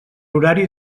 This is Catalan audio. horari